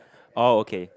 oh okay